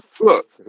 look